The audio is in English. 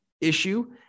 issue